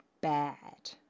bad